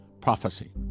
Prophecy